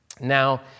Now